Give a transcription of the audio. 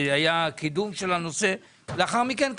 היה קידום של הנושא ולאחר מכאן כאן.